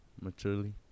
maturely